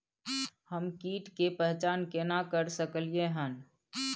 हम कीट के पहचान केना कर सकलियै हन?